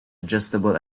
adjustable